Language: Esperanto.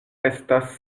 estas